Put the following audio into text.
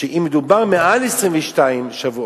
שאם מדובר מעל 22 שבועות,